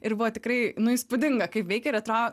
ir buvo tikrai įspūdinga kaip veikia ir atrodo